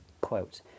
quote